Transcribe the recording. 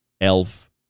elf